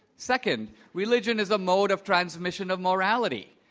second, religion is a mode of transmission of morality.